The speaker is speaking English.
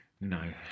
No